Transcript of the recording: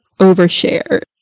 overshare